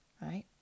right